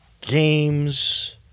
games